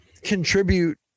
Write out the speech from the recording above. contribute